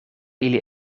ili